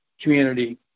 community